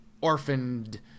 orphaned